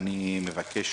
ואני מבקש